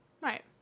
right